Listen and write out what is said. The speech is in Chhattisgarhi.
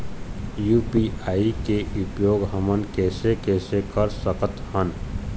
यू.पी.आई के उपयोग हमन कैसे कैसे कर सकत हन?